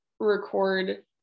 record